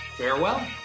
Farewell